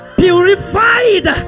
purified